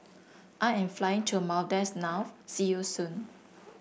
I am flying to Maldives now see you soon